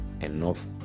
enough